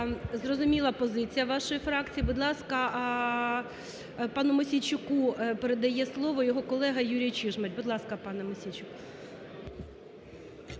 Зрозуміла позиція вашої фракції. Будь ласка, пану Мосійчуку передає слово його колега Юрій Чижмарь. Будь ласка, пане Мосійчук.